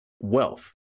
wealth